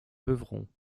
beuvron